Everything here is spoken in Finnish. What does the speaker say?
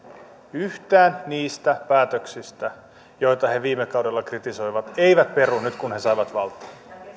yhtään niistä päätöksistä joita he viime kaudella kritisoivat kun he ovat